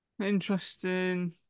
Interesting